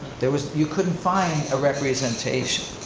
there was, you couldn't find a representation.